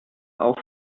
auf